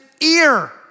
ear